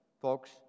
folks